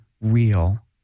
real